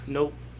Nope